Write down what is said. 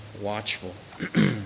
watchful